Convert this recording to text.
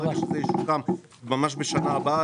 ברגע שזה יסוכם ממש בשנה הבאה,